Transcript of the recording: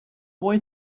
boy